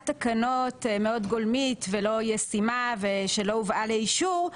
תקנות מאוד גולמית ולא ישימה ושלא הובאה לאישור,